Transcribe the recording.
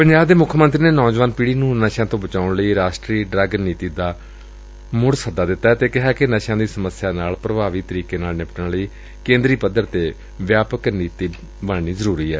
ਪੰਜਾਬ ਦੇ ਮੁੱਖ ਮੰਤਰੀ ਨੇ ਨੌਜਵਾਨ ਪੀਤ੍ਹੀ ਨੂੰ ਨਸ਼ਿਆਂ ਤੋਂ ਬਚਾਉਣ ਲਈ ਰਾਸ਼ਟਰੀ ਡਰੱਗ ਨੀਤੀ ਦਾ ਮੁੜ ਸੱਦਾ ਦਿੱਤੈ ਅਤੇ ਕਿਹੈ ਕਿ ਨਸ਼ਿਆ ਦੀ ਸਮੱਸਿਆ ਨਾਲ ਪ੍ਰਭਾਵੀ ਤਰੀਕੇ ਨਾਲ ਨਿਪਟਨ ਲਈ ਕੇਂਦਰੀ ਪੱਧਰ ਤੇ ਵਿਆਪਕ ਫਾਰਮੁਲਾ ਤਿਆਰ ਕੀਤੇ ਜਾਣ ਦੀ ਜ਼ਰੁਰਤ ਏ